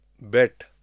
bet